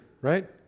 right